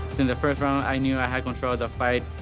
in the first round, i knew i had control of the fight.